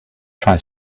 try